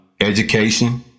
education